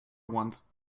ones